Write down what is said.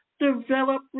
Develop